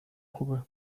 خوبه